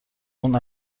اون